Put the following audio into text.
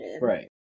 Right